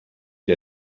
der